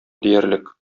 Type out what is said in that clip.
диярлек